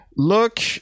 Look